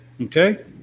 Okay